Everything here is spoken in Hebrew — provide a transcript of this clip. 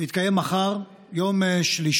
הוא יתקיים מחר, יום שלישי.